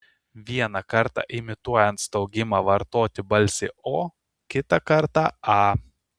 vieną kartą imituojant staugimą vartoti balsį o kitą kartą a